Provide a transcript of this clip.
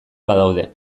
badaude